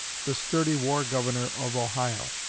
the sturdy war governor of ohio.